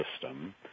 system